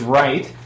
right